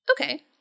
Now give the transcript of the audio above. Okay